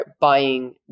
buying